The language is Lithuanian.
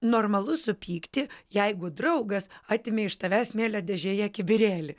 normalu supykti jeigu draugas atėmė iš tavęs smėlio dėžėje kibirėlį